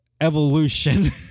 evolution